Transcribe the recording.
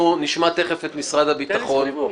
אנחנו נשמע תכף את משרד הביטחון.